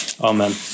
Amen